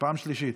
פעם שלישית.